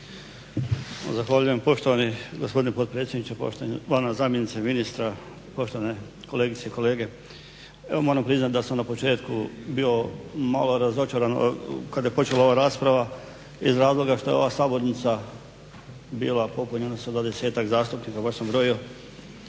Zahvaljujem poštovani gospodine potpredsjedniče, poštovana zamjenice ministra, poštovane kolegice i kolege. Evo moram priznati da sam na početku bio malo razočaran kada je počela ova rasprava iz razloga što je ova sabornica bila popunjena s dvadesetak zastupnika, baš sam brojio,